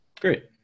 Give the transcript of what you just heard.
Great